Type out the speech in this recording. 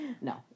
No